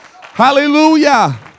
Hallelujah